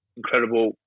incredible